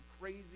crazy